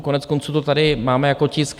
Koneckonců to tady máme jako tisk 474.